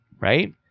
right